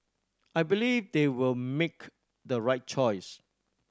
I believe they will make the right choice